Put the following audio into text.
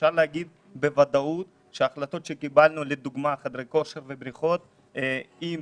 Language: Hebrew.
אפשר לומר בוודאות שההחלטות שקיבלנו לדוגמה חדרי כושר ובריכות אם